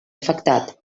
afectat